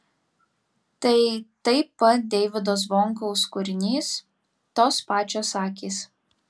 tai taip pat deivydo zvonkaus kūrinys tos pačios akys